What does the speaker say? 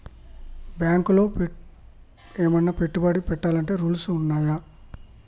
బ్యాంకులో ఏమన్నా పెట్టుబడి పెట్టాలంటే రూల్స్ ఉన్నయా?